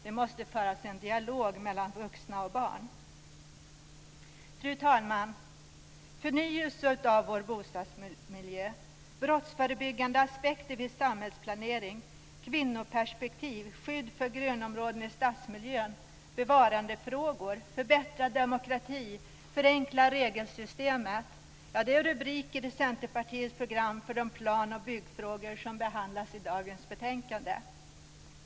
Det måste föras en dialog mellan vuxna och barn. Fru talman! Det är rubriker i Centerpartiets program för de plan och byggfrågor som behandlas i dagens betänkande.